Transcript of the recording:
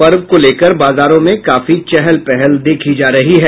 पर्व को लेकर बाजारों में काफी चहल पहल देखी जा रही है